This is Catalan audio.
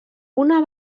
una